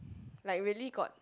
like really got